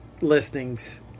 listings